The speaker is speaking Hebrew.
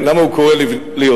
למה הוא קורא ליוסף?